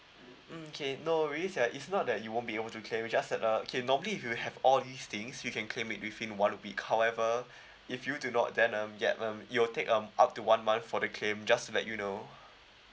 mm okay no worries yeah it's not that you won't be able to claim it's just that uh okay normally if you have all these things you can claim it within one week however if you do not then um yup um it'll take um up to one month for the claim just to let you know